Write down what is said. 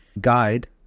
guide